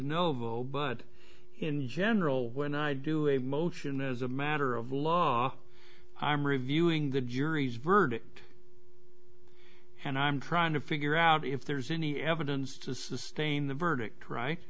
noble but in general when i do a motion as a matter of law i'm reviewing the jury's verdict and i'm trying to figure out if there's any evidence to sustain the verdict right